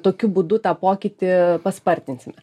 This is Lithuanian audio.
tokiu būdu tą pokytį paspartinsime